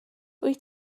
wyt